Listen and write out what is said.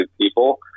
people